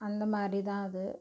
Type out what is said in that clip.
அந்த மாதிரிதான் அது